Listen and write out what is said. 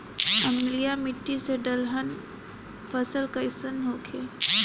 अम्लीय मिट्टी मे दलहन फसल कइसन होखेला?